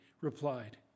replied